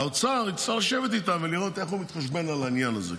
האוצר יצטרך לשבת איתם ולראות איך מתחשבן על העניין הזה.